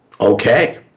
Okay